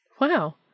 Wow